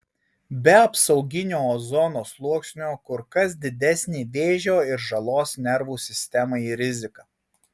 be apsauginio ozono sluoksnio kur kas didesnė vėžio ir žalos nervų sistemai rizika